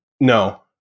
No